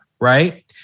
Right